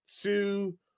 two